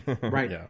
right